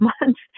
months